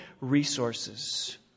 resources